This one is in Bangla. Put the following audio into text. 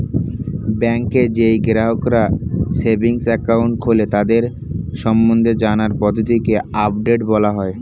ব্যাংকে যেই গ্রাহকরা সেভিংস একাউন্ট খোলে তাদের সম্বন্ধে জানার পদ্ধতিকে আপডেট বলা হয়